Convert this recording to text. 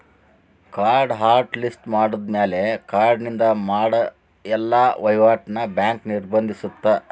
ಕಾರ್ಡ್ನ hot list ಮಾಡಿದ್ಮ್ಯಾಲೆ ಕಾರ್ಡಿನಿಂದ ಮಾಡ ಎಲ್ಲಾ ವಹಿವಾಟ್ನ ಬ್ಯಾಂಕ್ ನಿರ್ಬಂಧಿಸತ್ತ